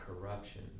corruption